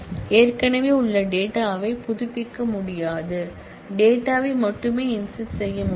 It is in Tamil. ஏற்கனவே உள்ள டேட்டா வைப் புதுப்பிக்க முடியாது டேட்டாவை மட்டுமே இன்ஸெர்ட் செய்ய முடியும்